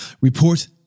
Report